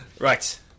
Right